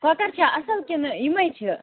کۄکر چھا اصٕل کِنہٕ یِمٔے چھِ